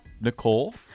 Nicole